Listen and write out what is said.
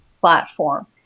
platform